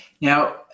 Now